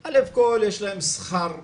אחד, יש להם שכר נמוך.